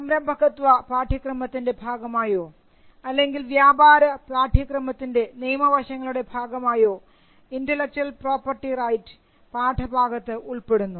സംരംഭകത്വ പാഠ്യക്രമത്തിൻറെ ഭാഗമായോ അല്ലെങ്കിൽ വ്യാപാര പാഠ്യക്രമത്തിൻറെ നിയമവശങ്ങളുടെ ഭാഗമായോ ഇന്റെലക്ച്വൽ പ്രോപർട്ടി റൈറ്റ് പാഠഭാഗത്ത് ഉൾപ്പെടുന്നു